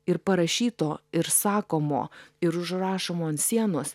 ir parašyto ir sakomo ir užrašomo ant sienos